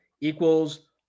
equals